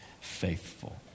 faithful